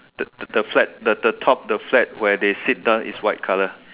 the the the flat the the top the flat where they sit down is white colour